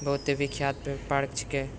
बहुते विख्यात पार्क छिकै